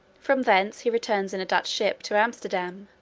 from thence he returns in a dutch ship to amsterdam,